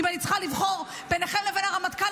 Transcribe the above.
אם אני צריכה לבחור ביניכם לבין הרמטכ"ל,